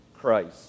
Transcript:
Christ